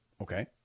Okay